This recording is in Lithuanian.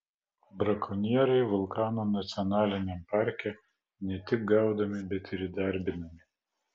brakonieriai vulkano nacionaliniame parke ne tik gaudomi bet ir įdarbinami